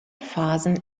phasen